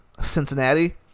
Cincinnati